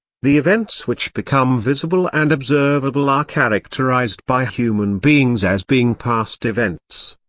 the events which become visible and observable are characterized by human beings as being past events.